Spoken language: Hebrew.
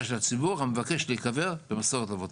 של הציבור המבקש להיקבר במסורת אבותיו.